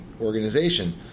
organization